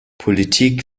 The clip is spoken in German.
politik